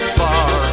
far